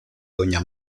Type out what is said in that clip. doña